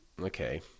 Okay